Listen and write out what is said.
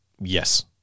Yes